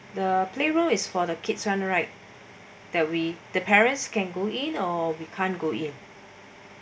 the play is for the kids run right that we the parents can go in or we can't go in